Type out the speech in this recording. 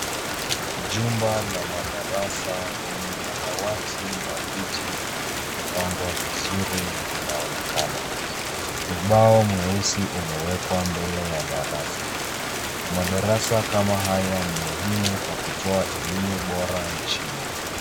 Jumba la madarasa lenye madawati na viti vilivyopangwa vizuri linaonekana. Ubao mweusi imewekwa mbele ya darasa .Madarasa kama haya kwa kutoa elimu bora nchini.